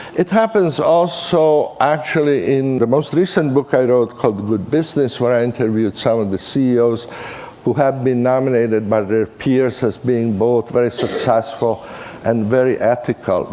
it happens also, actually, in the most recent book i wrote, called good business, where i interviewed some of the ceos who had been nominated by their peers as being both very successful and very ethical,